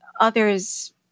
others